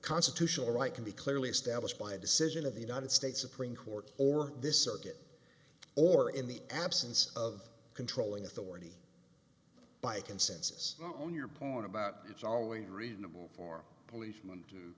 constitutional right can be clearly established by decision of the united states supreme court or this circuit or in the absence of controlling authority by consensus own your point about it's always reasonable for a policeman to